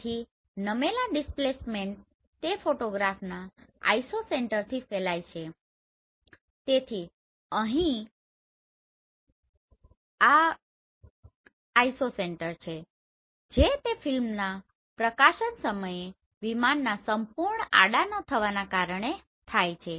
તેથી નમેલા ડિસ્પ્લેસમેન્ટ તે ફોટોગ્રાફના આઇસોસેન્ટરથી ફેલાય છે તેથી અહીં આ આઇસોસેન્ટર છે જે તે ફિલ્મના પ્રકાસન સમયે વિમાનના સંપૂર્ણ આડા ન હોવાને કારણે થાય છે